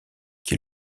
qui